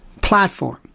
platform